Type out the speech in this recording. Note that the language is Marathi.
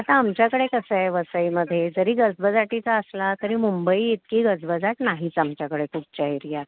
आता आमच्याकडे कसं आहे वसईमध्ये जरी गजबजाटीचा असला तरी मुंबई इतकी गजबजाट नाहीच आमच्याकडे कुठच्या एरियात